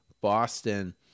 Boston